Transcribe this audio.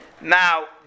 Now